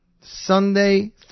Sunday